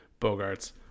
Bogarts